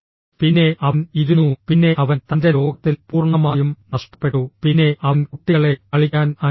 പിന്നെ അവൻ ഇരുന്നു പിന്നെ അവൻ തൻ്റെ ലോകത്തിൽ പൂർണ്ണമായും നഷ്ടപ്പെട്ടു പിന്നെ അവൻ കുട്ടികളെ കളിക്കാൻ അനുവദിച്ചു